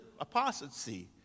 apostasy